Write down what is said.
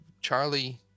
Charlie